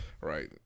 Right